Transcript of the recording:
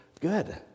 good